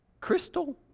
crystal